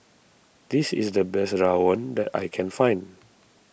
this is the best Rawon that I can find